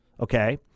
Okay